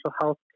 health